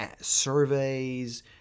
surveys